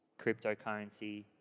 cryptocurrency